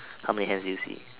how many hands do you see